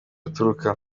aturuka